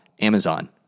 Amazon